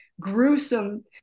gruesome